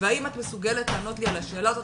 והאם את מסוגלת לענות לי על השאלה הזאת?